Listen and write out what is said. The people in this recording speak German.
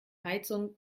heizung